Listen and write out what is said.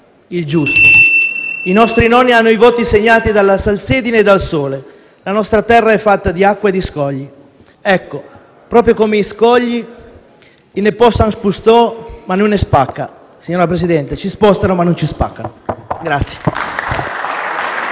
il giusto. I nostri nonni hanno i volti segnati dalla salsedine e dal sole. La nostra terra è fatta di acqua e di scogli; ecco, proprio come gli scogli, *i me possan spusta', ma no mi spaccan*, signor Presidente: ci spostano, ma non ci spaccano.